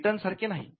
हे पेटंट सारखे नाही